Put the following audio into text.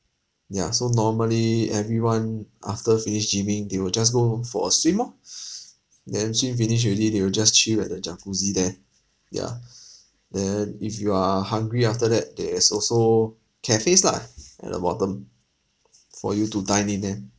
yeah so normally everyone after finish gymming they will just go for a swim orh then swim finish already they will just chill at the jacuzzi there yeah then if you are hungry after that there is also cafes lah at the bottom for you to dine in eh